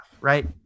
right